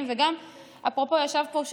גם בנושא הזה לעמר בר לב,